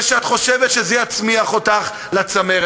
ואת חושבת שזה יצמיח אותך לצמרת.